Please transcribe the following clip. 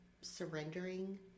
surrendering